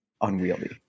unwieldy